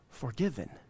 forgiven